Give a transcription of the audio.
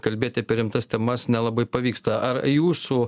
kalbėti apie rimtas temas nelabai pavyksta ar jūsų